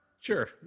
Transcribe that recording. Sure